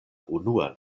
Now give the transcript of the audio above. unuan